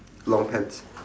long pants